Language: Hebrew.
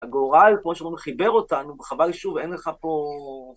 הגורל, כמו שאומרים, חיבר אותנו. חבל שוב, אין לך פה...